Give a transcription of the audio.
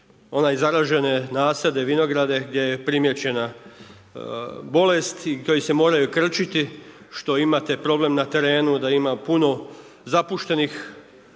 onaj zaražene nasade, vinograde gdje je primijećena bolest koji se moraju krčiti što imate problem na terenu da ima puno zapuštenih